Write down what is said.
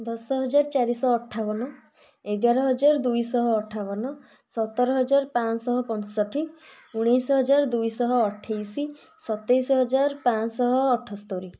ଦଶ ହଜାର ଚାରି ଶହ ଅଠାବନ ଏଗାର ହଜାର ଦୁଇ ଶହ ଅଠାବନ ସତର ହଜାର ପାଞ୍ଚ ଶହ ପଞ୍ଚଷଠି ଉଣେଇଶ ହଜାର ଦୁଇ ଶହ ଅଠେଇଶ ସତେଇଶ ହଜାର ପାଞ୍ଚ ଶହ ଅଠସ୍ତରୀ